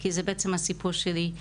כי זה בעצם הסיפור שלי.